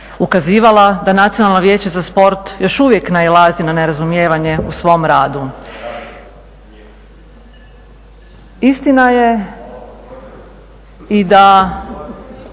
ukazivala da Nacionalno vijeće za sport još uvijek nailazi na nerazumijevanje u svom radu. Istina je i da